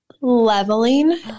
leveling